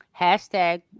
Hashtag